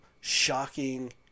shocking